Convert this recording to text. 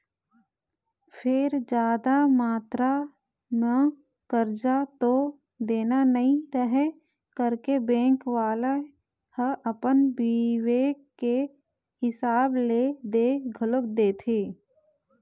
फेर जादा मातरा म करजा तो देना नइ रहय करके बेंक वाले ह अपन बिबेक के हिसाब ले दे घलोक देथे